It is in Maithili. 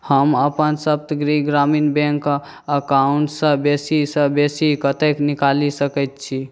हम अपन सप्तगिरि ग्रामीण बैँक अकाउण्टसँ बेसीसँ बेसी कतेक निकालि सकै छी